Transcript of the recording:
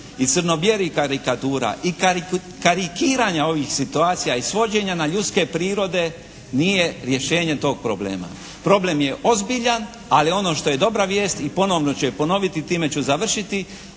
i crno bijelih karikatura i karikiranja ovih situacija i svođenja na ljudske prirode nije rješenje toga problema. Problem je ozbiljan ali ono što je dobra vijest i ponovno ću je ponoviti i time ću završiti.